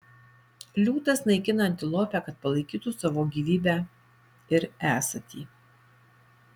liūtas naikina antilopę kad palaikytų savo gyvybę ir esatį